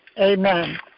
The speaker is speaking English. amen